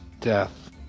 death